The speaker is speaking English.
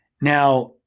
Now